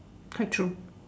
quite true